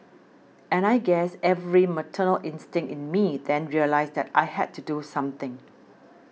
and I guess every maternal instinct in me then realised that I had to do something